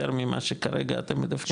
יותר ממה שכרגע אתם מדווחים?